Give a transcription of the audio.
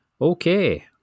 Okay